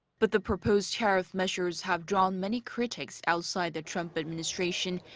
but, the proposed tariff measures have drawn many critics outside the trump administration.